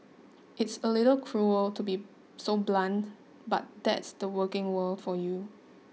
it's a little cruel to be so blunt but that's the working world for you